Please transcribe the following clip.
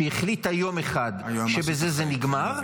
החליטה יום אחד שבזה זה נגמר -- היועמ"שית,